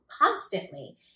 constantly